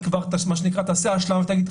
היא כבר תעשה השלמה ותגיד,